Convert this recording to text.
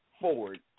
forward